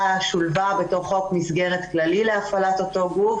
שולבה בתוך חוק מסגרת כללי להפעלת אותו גוף,